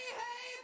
hey